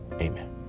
Amen